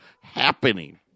happening